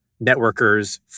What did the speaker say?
networkers